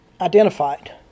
identified